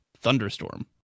thunderstorm